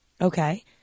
Okay